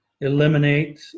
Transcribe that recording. eliminate